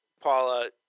Paula